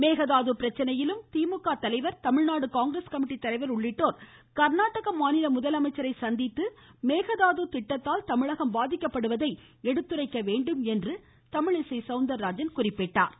மேகதாது பிரச்சனையிலும் திமுக தலைவர் தமிழ்நாடு காங்கிரஸ் கமிட்டி தலைவர் உள்ளிட்டோர் கர்நாடக மாநில முதலமைச்சரை சந்தித்து மேகதாது திட்டத்தால் தமிழகம் பாதிக்கப்படுவதை எடுத்துரைக்க வேண்டும் என்று குறிப்பிட்டாள்